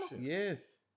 yes